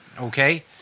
okay